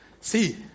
See